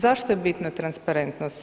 Zašto je bitna transparentnost?